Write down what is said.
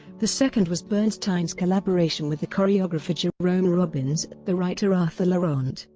the second was bernstein's collaboration with the choreographer jerome robbins, the writer arthur laurents,